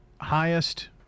highest